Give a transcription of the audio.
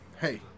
hey